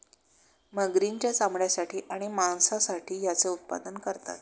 मगरींच्या चामड्यासाठी आणि मांसासाठी याचे उत्पादन करतात